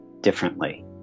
differently